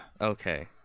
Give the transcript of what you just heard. Okay